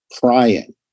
crying